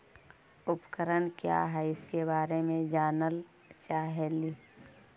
उपकरण क्या है इसके बारे मे जानल चाहेली?